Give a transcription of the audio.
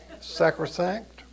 Sacrosanct